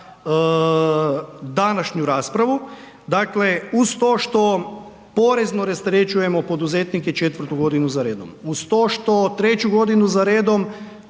današnju raspravu, dakle uz to što porezno rasterećujemo poduzetnike četvrtu godinu za redom, uz to što treću godinu za redom